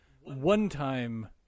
One-time